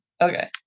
Okay